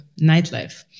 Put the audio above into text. nightlife